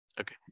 Okay